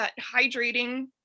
hydrating